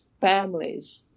families